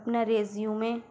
اپنا ریزیومے